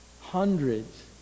hundreds